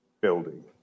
building